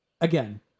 again